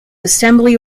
assembly